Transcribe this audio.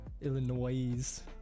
Illinois